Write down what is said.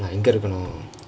எங்க இருக்கனு:engka irukanu